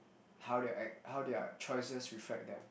how did I how their choices reflect them